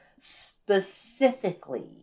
specifically